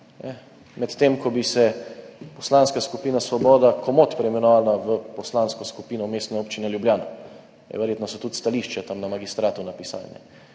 medtem ko bi se Poslanska skupina Svoboda komot preimenovala v Poslansko skupino Mestne občine Ljubljana. Verjetno so tudi stališča napisali